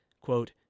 quote